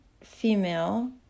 female